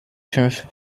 fünf